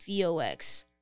vox